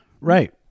Right